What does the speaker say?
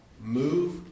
Move